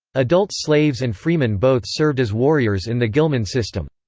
adult slaves and freemen both served as warriors in the ghilman system.